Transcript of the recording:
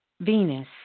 Venus